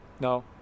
No